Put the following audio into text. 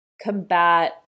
combat